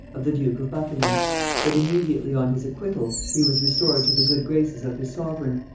of the duke of buckingham but immediately on his acquittal he was restored to the good graces of his sovereign,